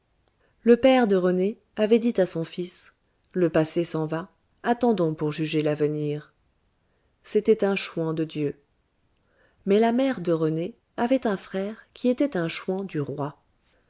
le père de rené avait dit à son fils le passé s'en va attendons pour juger l'avenir c'était un chouan de dieu mais la mère de rené avait un frère qui était un chouan du roi